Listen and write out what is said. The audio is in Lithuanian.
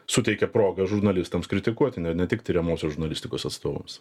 suteikia progą žurnalistams kritikuoti ne ne tik tiriamosios žurnalistikos atstovams